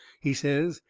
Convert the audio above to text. he says,